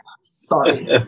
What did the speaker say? Sorry